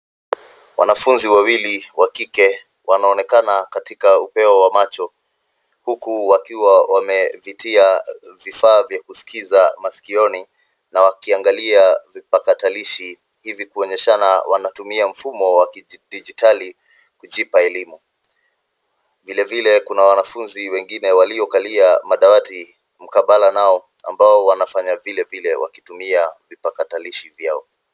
Wanafunzi wawili wa kike wanaonekana katika upeo wa macho huku wakiwa wamevitia vifaa vya kuskiza maskioni na wakiangalia vipakatalishi hivi kuonyeshana wanatumia mfumo kidijitali kujipa elimu. Vilevile kuna wanafunzi wengine waliokalia madawati mkabala nao ambao wanafanya vilevile kutumia vipakatalishi vyao.